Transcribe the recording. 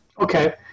Okay